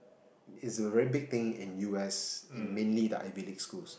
is a very big thing in U_S in mainly the Ivy League schools